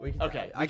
okay